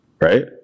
Right